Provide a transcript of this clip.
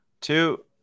two